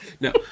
No